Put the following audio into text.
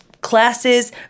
classes